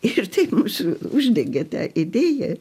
ir taip mūsų uždegė tą idėją